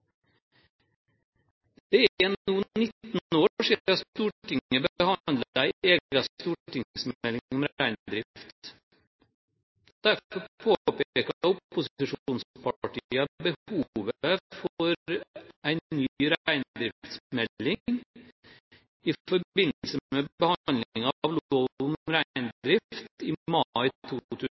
Det er nå 19 år siden Stortinget behandlet en egen stortingsmelding om reindrift. Derfor påpekte opposisjonspartiene behovet for en ny reindriftsmelding i forbindelse med behandlingen av lov om reindrift i